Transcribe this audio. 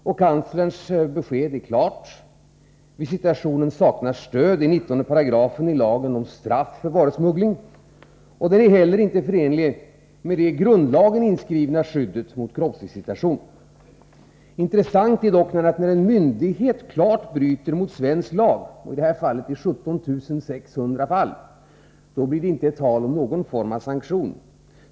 Justitiekanslerns besked är klart: Visitationen saknar stöd i 19§ i lagen om straff för varusmuggling, och den är inte heller förenlig med det i grundlagen inskrivna skyddet mot kroppsvisitation. Det intressanta är att när en myndighet klart bryter mot svensk lag — denna gång i 17 600 fall — blir det inte tal om någon form av sanktion.